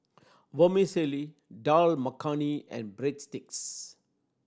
Vermicelli Dal Makhani and Breadsticks